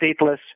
stateless